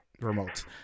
remote